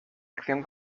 acción